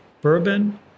bourbon